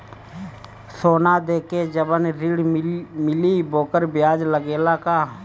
सोना देके जवन ऋण मिली वोकर ब्याज लगेला का?